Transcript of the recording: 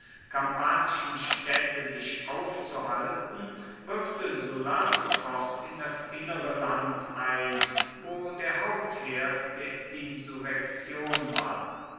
kampanischen städte sich aufzuhalten rückte sulla sofort in das innere land ein wo der hauptherd der insurrektion war